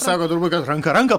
sako turbūt kad ranka ranką